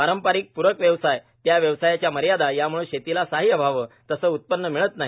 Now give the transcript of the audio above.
पारंपारिक प्रक व्यवसाय त्या व्यवसायाच्या मर्यादा यामुळे शेतीला सहाय्य व्हावे तसे उत्पन्न मिळत नाही